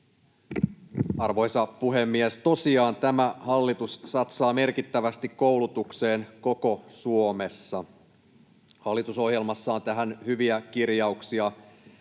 Arvoisa puhemies! Tosiaan tämä hallitus satsaa merkittävästi koulutukseen koko Suomessa. Hallitusohjelmassa on tähän hyviä kirjauksia: